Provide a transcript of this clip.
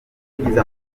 tugize